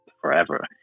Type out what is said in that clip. forever